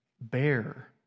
bear